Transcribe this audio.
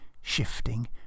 shifting